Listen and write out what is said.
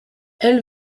elle